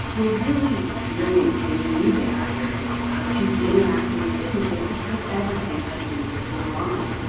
we're really experiencing new barriers to interacting with businesses because everything has moved online.